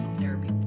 therapy